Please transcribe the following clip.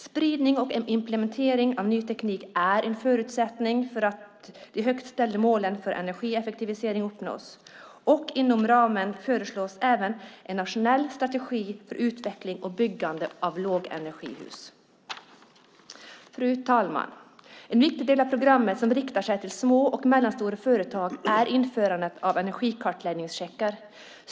Spridning och implementering av ny teknik är en förutsättning för att de högt ställda målen för energieffektivisering ska uppnås. Inom ramen föreslås även en nationell strategi för utveckling och byggande av lågenergihus. Fru talman! En viktig del av programmet som riktar sig till små och mellanstora företag är införandet av energikartläggningscheckar.